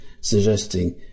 suggesting